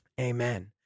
Amen